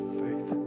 faith